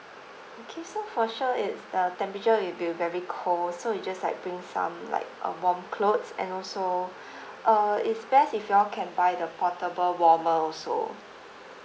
okay so for sure it's the temperature it'll be very cold so you just like bring some like uh warm clothes and also uh it's best if you can buy the portable warmer also